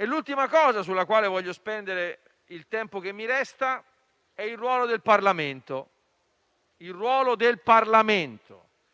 L'ultima questione sulla quale voglio spendere il tempo che mi resta è il ruolo del Parlamento.